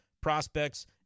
prospects